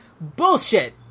Bullshit